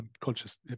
conscious